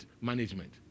management